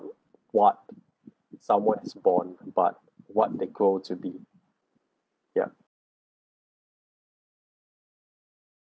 what someone is born but what they go to be ya